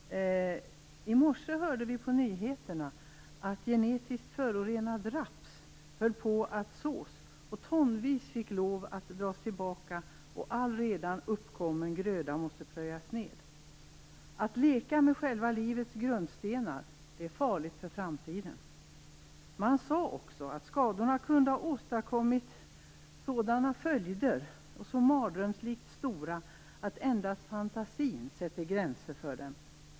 Fru talman! I morse hörde vi på nyheterna att genetiskt förorenad raps höll på att sås. Tonvis fick lov att dras tillbaka, och all redan uppkommen gröda måste plöjas ned. Att leka med själva livets grundstenar är farligt för framtiden. Man sade också att skadorna kunde ha fått så mardrömslikt stora följder att endast fantasin sätter gränser för dem.